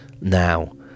now